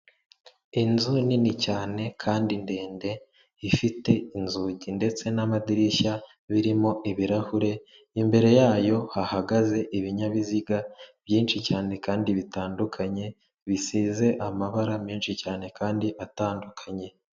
Inzu nini cyane kandi ndende ifite inzugi ndetse n'amadirishya birimo ibirahure; imbere yayo hahagaze ibinyabiziga byinshi cyane kandi bitandukanye, bisize amabara menshi cyane kandi atandukanye.